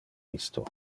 isto